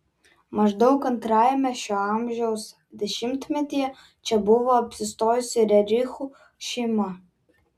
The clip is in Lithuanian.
maždaug antrajame šio amžiaus dešimtmetyje čia buvo apsistojusi rerichų šeima